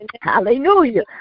Hallelujah